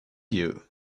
you